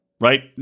Right